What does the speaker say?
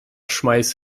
schmeiß